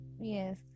Yes